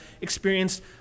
experienced